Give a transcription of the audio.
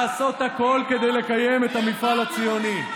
החובה לעשות הכול כדי לקיים את המפעל הציוני.